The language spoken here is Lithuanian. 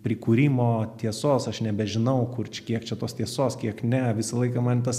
prikūrimo tiesos aš nebežinau kur kiek čia tos tiesos kiek ne visą laiką man tas